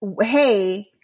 hey –